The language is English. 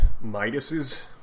Midas's